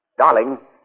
Darling